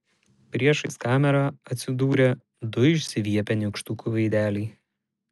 priešais kamerą atsidūrė du išsiviepę nykštukų veideliai